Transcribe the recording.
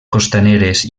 costaneres